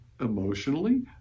emotionally